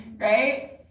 right